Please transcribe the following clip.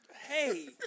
Hey